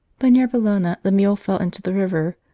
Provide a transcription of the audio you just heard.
but near bologna the mule fell into the river,